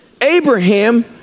Abraham